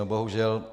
Bohužel.